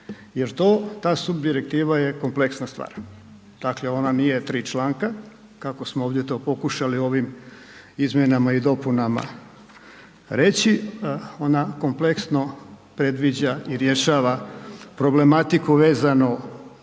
jer to, ta subdirektiva je kompleksna stvar dakle ona nije tri članka kako smo ovdje to pokušali ovim izmjenama i dopunama reći, ona kompleksno predviđa i rješava problematiku vezano